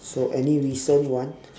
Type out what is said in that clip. so any recent one